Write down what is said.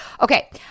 Okay